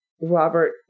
robert